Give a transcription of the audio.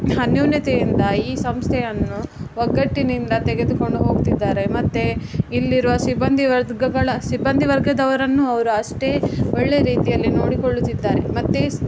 ಅನ್ಯೋನತೆ ಇಂದ ಈ ಸಂಸ್ಥೆಯನ್ನು ಒಗ್ಗಟ್ಟಿನಿಂದ ತೆಗೆದುಕೊಂಡು ಹೋಗ್ತಿದ್ದಾರೆ ಮತ್ತು ಇಲ್ಲಿರುವ ಸಿಬ್ಬಂದಿ ವರ್ಗಗಳ ಸಿಬ್ಬಂದಿ ವರ್ಗದವರನ್ನು ಅವರು ಅಷ್ಟೇ ಒಳ್ಳೆ ರೀತಿಯಲ್ಲಿ ನೋಡಿಕೊಳ್ಳುತ್ತಿದ್ದಾರೆ ಮತ್ತು